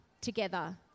together